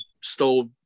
stole